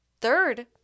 third